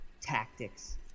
tactics